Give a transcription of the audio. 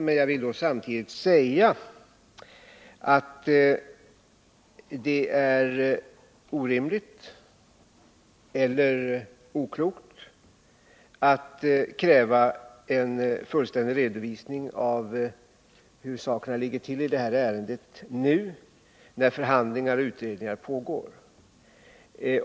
Men jag vill samtidigt säga att det är oklokt att kräva en fullständig redovisning av hur sakerna ligger till i detta ärende nu, när förhandlingar och utredningar pågår.